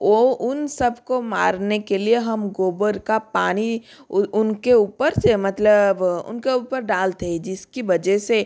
वो उन सब को मारने के लिए हम गोबर का पानी उनके ऊपर से मतलब उनके ऊपर डालते हे जिस की वजह से